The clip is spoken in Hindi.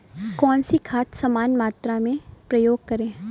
कौन सी खाद समान मात्रा में प्रयोग करें?